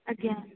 ଆଜ୍ଞା